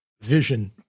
vision